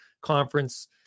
conference